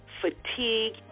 fatigue